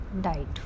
died